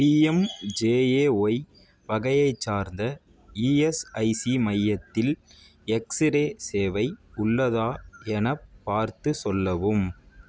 PMJAY வகையைச் சார்ந்த ESIC மையத்தில் எக்ஸ்ரே சேவை உள்ளதா எனப் பார்த்து சொல்லவும்